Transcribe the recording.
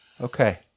Okay